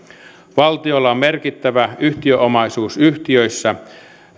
valtiolla on merkittävä yhtiöomaisuus yhtiöissä